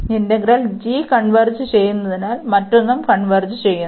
integral g converge ചെയ്യുന്നതിനാൽ മറ്റൊന്നുo converge ചെയ്യുന്നു